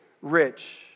rich